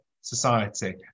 society